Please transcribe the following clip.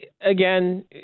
again